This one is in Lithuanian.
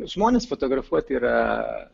žmones fotografuoti yra